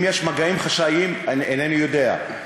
אם יש מגעים חשאיים, אינני יודע.